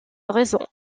raison